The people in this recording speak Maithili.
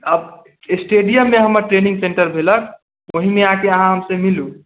अब स्टेडियम मे हमर ट्रेनिंग सेन्टर भेलन ओही मे आके अहाँ हमसे मिलु